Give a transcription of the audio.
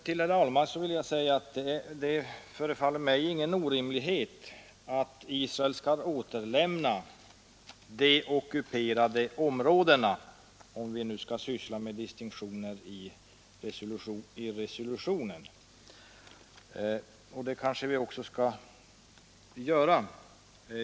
Till herr Ahlmark vill jag säga att det förefaller mig inte vara någon orimlighet att Israel skall återlämna de ockuperade områdena, om vi nu skall syssla med distinktioner i resolutionen, och det kanske vi också skall göra.